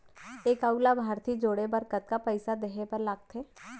एक अऊ लाभार्थी जोड़े बर कतका पइसा देहे बर लागथे?